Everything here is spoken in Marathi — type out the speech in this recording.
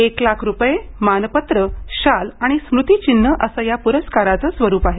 एक लाख रुपये मानपत्र शाल आणि स्मृतिचिन्ह असं या पुरस्काराचं स्वरूप आहे